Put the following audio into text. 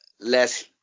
less